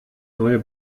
neue